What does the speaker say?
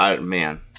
man